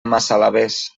massalavés